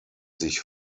sich